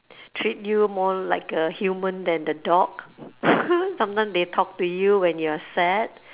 treat you more like a human than the dog sometimes they talk to you when you are sad